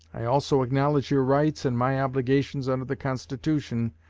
i also acknowledge your rights and my obligations under the constitution,